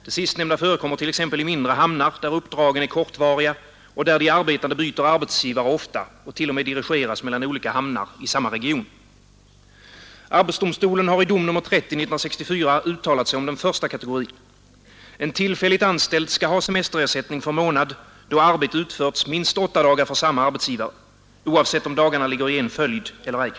Det sistnämnda förekommer t.ex. i mindre hamnar, där uppdragen är kortvariga och där de arbetande byter arbetsgivare ofta och t.o.m. dirigeras mellan olika hamnar i samma region. Arbetsdomstolen har i dom nr 30 år 1964 uttalat sig om den första kategorin. En tillfälligt anställd skall ha semesterersättning för månad då arbete utförts minst åtta dagar för samma arbetsgivare, oavsett om dagarna ligger i en följd eller ej.